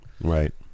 right